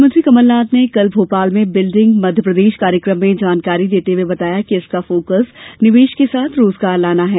मुख्यमंत्री कमल नाथ ने कल भोपाल में बिल्डिंग मध्यप्रदेश कार्यक्रम में जानकारी देते हुए बताया कि इसका फोक्स निवेश के साथ रोजगार लाना है